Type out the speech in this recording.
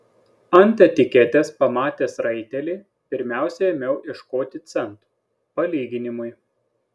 ant etiketės pamatęs raitelį pirmiausia ėmiau ieškoti centų palyginimui